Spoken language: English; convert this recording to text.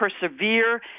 persevere